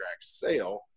sale